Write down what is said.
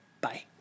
bye